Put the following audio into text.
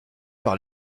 par